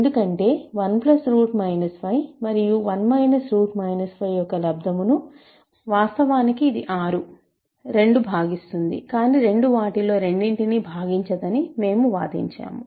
ఎందుకంటే 1 5 మరియు 1 5 యొక్క లబ్దం ను వాస్తవానికి ఇది 62 భాగిస్తుంది కాని 2 వాటిలో రెండింటినీ భాగించదని మేము వాదించాము